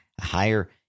higher